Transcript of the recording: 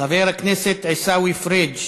חבר הכנסת עיסאווי פריג',